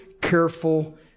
careful